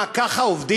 מה, ככה עובדים?